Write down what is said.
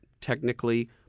technically